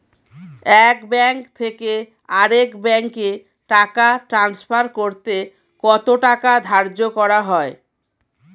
এক ব্যাংক থেকে আরেক ব্যাংকে টাকা টান্সফার করতে কত টাকা ধার্য করা হয়?